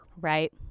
Right